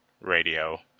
radio